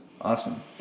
Awesome